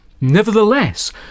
Nevertheless